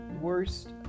worst